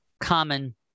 common